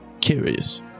curious